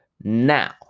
Now